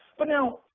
but now,